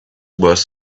worse